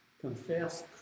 confess